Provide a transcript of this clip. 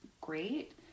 great